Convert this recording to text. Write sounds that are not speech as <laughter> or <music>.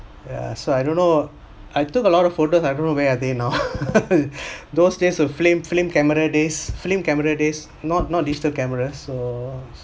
ya so I don't know I took a lot of photos I don't know where are they now <laughs> those days of film film camera days film camera days not not digital cameras so